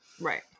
Right